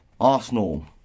Arsenal